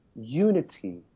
unity